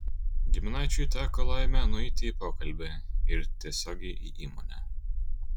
giminaičiui teko laimė nueiti į pokalbį ir tiesiogiai į įmonę